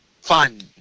fun